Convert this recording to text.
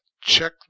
check